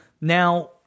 now